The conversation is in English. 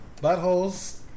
buttholes